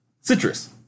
Citrus